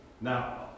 now